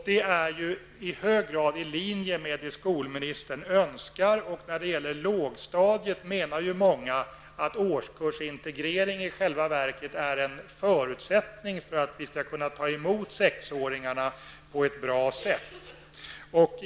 Det ligger i hög grad i linje med vad skolministern önskar. Många anser att årskursintegrering på lågstadiet i själva verket är en förutsättning för att skolan skall kunna ta emot sexåringarna på ett bra sätt.